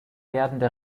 werdende